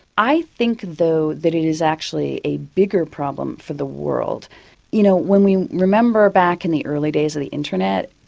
i think, though, that it is actually a bigger problem for the world you know when we remember back in the early days of the internet,